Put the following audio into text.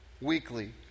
weekly